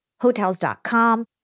Hotels.com